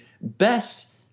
best